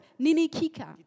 Ninikika